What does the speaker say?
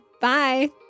Bye